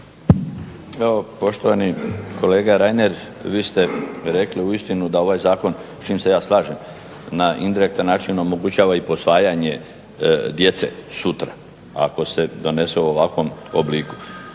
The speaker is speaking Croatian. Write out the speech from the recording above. Evo poštovani kolega Reiner, vi ste rekli uistinu da ovaj Zakon s čim se ja slažem na indirektan način omogućava i posvajanje djece sutra ako se donese u ovakvom obliku.